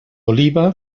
oliva